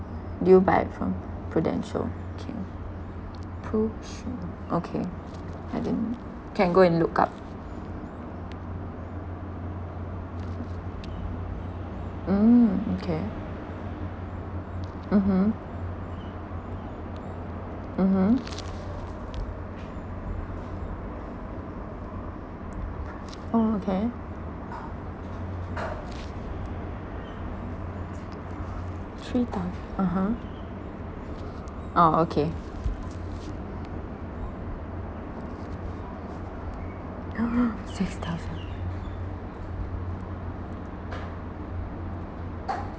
do you buy it from Prudential okay PRUShield okay I didn't can go and look up mm okay mmhmm mmhmm oh okay three thou~ (uh huh) oh okay !huh! six thousand